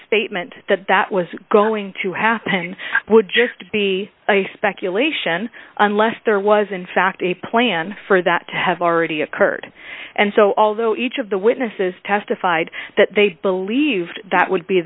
statement that that was going to happen would just be a speculation unless there was in fact a plan for that to have already occurred and so although each of the witnesses testified that they believed that would be